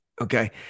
Okay